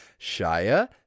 Shia